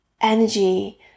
energy